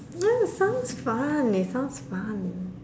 mm sounds fun it sounds fun